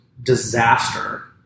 disaster